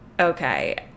okay